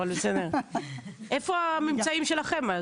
איפה הממצאים שלכם?